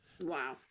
Wow